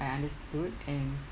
I understood and